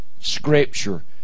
scripture